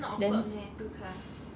not awkward meh two class